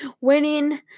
winning